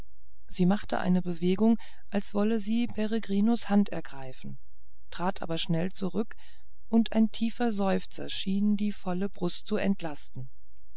sie machte eine bewegung als wolle sie peregrinus hand ergreifen trat aber schnell zurück und ein tiefer seufzer schien die volle brust zu entlasten